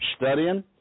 studying